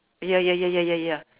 ya ya ya ya ya ya